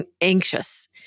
anxious